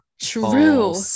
True